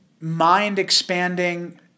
mind-expanding